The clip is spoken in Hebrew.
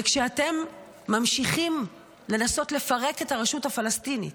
וכשאתם ממשיכים לנסות לפרק את הרשות הפלסטינית,